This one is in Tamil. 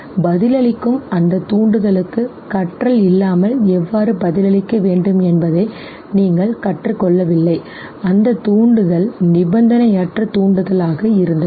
எனவே பதிலளிக்கும் அந்த தூண்டுதலுக்கு கற்றல் இல்லாமல் எவ்வாறு பதிலளிக்க வேண்டும் என்பதை நீங்கள் கற்றுக் கொள்ளவில்லை அந்த தூண்டுதல் நிபந்தனையற்ற தூண்டுதலாக இருந்தது